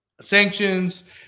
sanctions